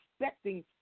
expecting